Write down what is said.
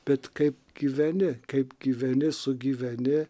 bet kaip gyveni kaip gyveni sugyveni